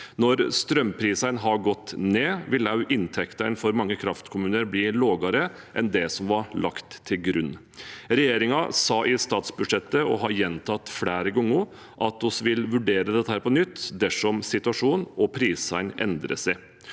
Når strømprisene har gått ned, vil også inntektene for mange kraftkommuner bli lavere enn det som var lagt til grunn. Regjeringen sa i statsbudsjettet, og har gjentatt det flere ganger, at den vil vurdere dette på nytt dersom situasjonen og prisene endrer seg.